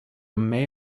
may